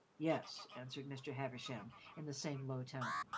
yes, answered mr. havisham in the same low tone